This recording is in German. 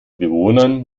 bewohnern